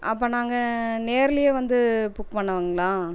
அப்போ நாங்கள் நேர்லேயே வந்து புக் பண்ணவாங்களா